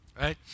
right